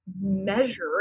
measure